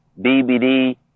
BBD